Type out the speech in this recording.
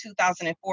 2004